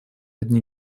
одни